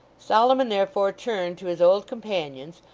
solomon therefore turned to his old companions,